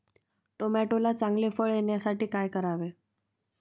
टोमॅटोला चांगले फळ येण्यासाठी काय करावे?